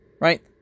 Right